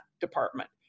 department